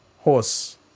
Horse